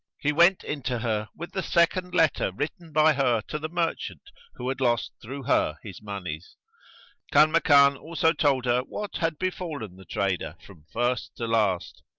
he went in to her with the second letter written by her to the merchant who had lost through her his monies kanmakan also told her what had befallen the trader from first to last.